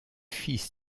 fils